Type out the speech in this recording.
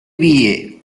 vie